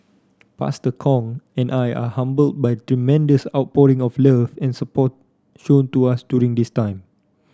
Pastor Kong and I are humbled by the tremendous outpouring of love and support shown to us during this time